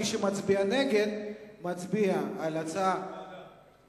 מי שמצביע נגד, מצביע על ההצעה, ועדה.